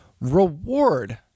Reward